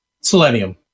Selenium